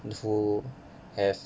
who have